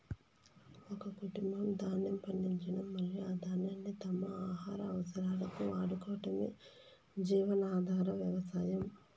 ఒక కుటుంబం ధాన్యం పండించడం మరియు ఆ ధాన్యాన్ని తమ ఆహార అవసరాలకు వాడుకోవటమే జీవనాధార వ్యవసాయం